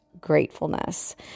gratefulness